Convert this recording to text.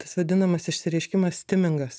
tas vadinamas išsireiškimas stimingas